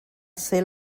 ser